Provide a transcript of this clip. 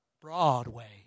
Broadway